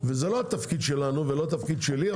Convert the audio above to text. וזה לא התפקיד שלנו ולא התפקיד שלי.